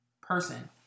person